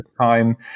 time